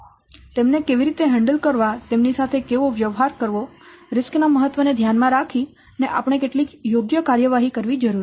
તેથી તેમને કેવી રીતે હેન્ડલ કરવા તેમની સાથે કેવી રીતે વ્યવહાર કરવો જોખમો ના મહત્વને ધ્યાનમાં રાખીને આપણે કેટલીક યોગ્ય કાર્યવાહી કરવી જરૂરી છે